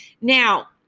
now